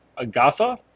Agatha